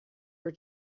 were